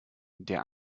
der